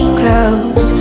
close